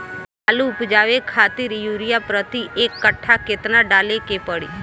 आलू उपजावे खातिर यूरिया प्रति एक कट्ठा केतना डाले के पड़ी?